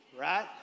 right